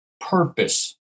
purpose